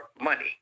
money